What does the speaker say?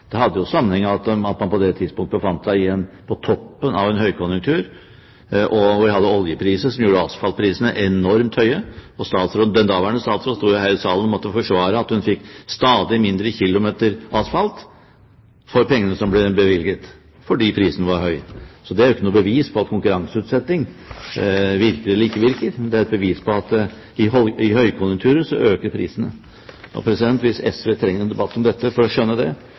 Det hadde sammenheng med at man på det tidspunkt befant seg på toppen av en høykonjunktur og vi hadde oljepriser som gjorde asfaltprisene enormt høye. Og den daværende statsråden sto jo her i salen og måtte forsvare at hun fikk stadig mindre kilometer asfalt for pengene som ble bevilget, fordi prisene var høye. Så det er ikke noe bevis for at konkurranseutsetting virker eller ikke virker, men det er et bevis på at under høykonjunkturer øker prisene. Og hvis SV trenger en debatt om dette for å skjønne det,